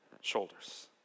shoulders